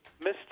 Mr